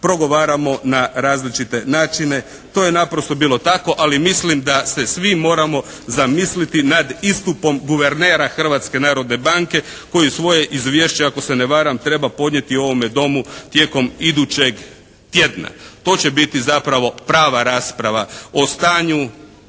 progovaramo na različite načine. To je naprosto bilo tako, ali mislim da se svi moramo zamisliti nad istupom guvernera Hrvatske narodne banke koji svoje izvješće ako se ne varam, treba podnijeti ovome Domu tijekom idućeg tjedna. To će biti zapravo prava rasprava o stanju